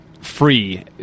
free